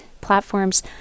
platforms